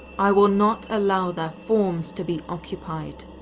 i will not allow their forms to be occupied.